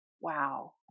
Wow